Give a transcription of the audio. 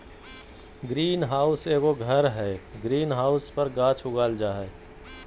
green house एगो घर हइ, ग्रीन हाउस पर गाछ उगाल जा हइ